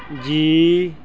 G